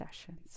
sessions